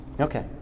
Okay